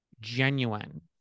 genuine